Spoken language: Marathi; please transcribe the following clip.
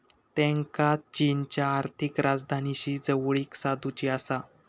त्येंका चीनच्या आर्थिक राजधानीशी जवळीक साधुची आसा